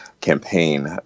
campaign